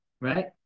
right